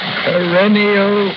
perennial